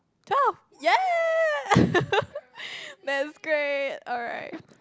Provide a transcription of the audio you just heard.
twelve ya that's great alright